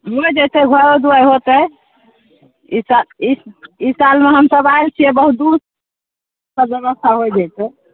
होइ जैतै घरो दुआरि होतै ई तऽ ई ई काजमे हमसब आयल छियै बहुत दूर सब व्यवस्था होइ जैतै